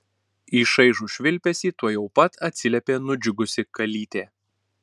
į šaižų švilpesį tuojau pat atsiliepė nudžiugusi kalytė